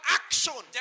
action